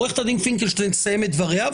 עו"ד פינקלשטיין תסיים את דבריה,